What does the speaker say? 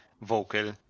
vocal